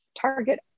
target